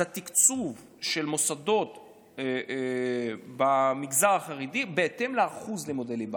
אז התקצוב של מוסדות במגזר החרדי בהתאם לאחוז לימודי ליבה.